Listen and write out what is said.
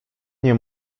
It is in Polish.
nie